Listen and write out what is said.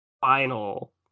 final